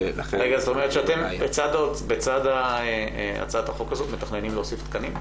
ולכן --- זאת אומרת שאתם בצד הצעת החוק הזאת מתכננים להוסיף תקנים?